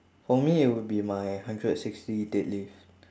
for me it would be my hundred sixty deadlift